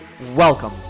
Welcome